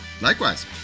Likewise